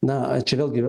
na čia vėlgi ir